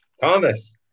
Thomas